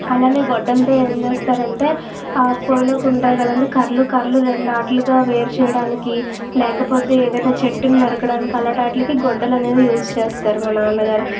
అలాగే గొడ్డలితో ఏం చేస్తారు అంటే ఆ పోయిలోకి ఉంటాయి కదా అండి కర్రలు కర్రలు రెండు రెండు వాటిలుగా వేరు చేయడానికి లేకపోతే ఏదైనా చెట్టు నరకడానికి అలాటివాటికీ గొడ్డలి అనేది యూజ్ చేస్తారు మా నాన్నగారు